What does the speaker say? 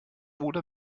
oder